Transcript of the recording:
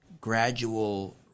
gradual